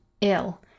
ill